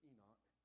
Enoch